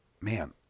man